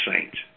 saints